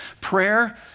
Prayer